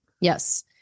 Yes